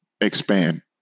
expand